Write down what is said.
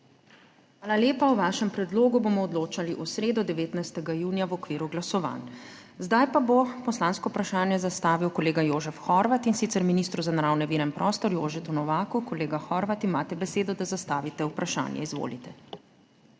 Hvala lepa. O vašem predlogu bomo odločali v sredo, 19. junija, v okviru glasovanj. Zdaj pa bo poslansko vprašanje zastavil kolega Jožef Horvat, in sicer ministru za naravne vire in prostor Jožetu Novaku. Kolega Horvat, imate besedo, da zastavite vprašanje. Izvolite.